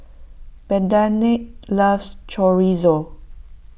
Bernardine loves Chorizo